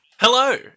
Hello